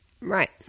Right